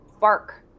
bark